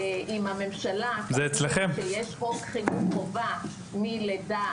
אם הממשלה תחליט שיש חוק חינוך חובה מלידה.